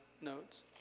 notes